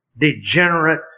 degenerate